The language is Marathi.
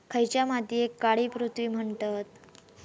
खयच्या मातीयेक काळी पृथ्वी म्हणतत?